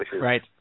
Right